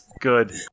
Good